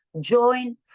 join